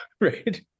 right